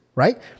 right